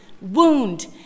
wound